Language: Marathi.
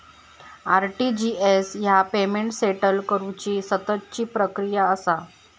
आर.टी.जी.एस ह्या पेमेंट सेटल करुची सततची प्रक्रिया असा